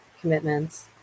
commitments